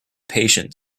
patient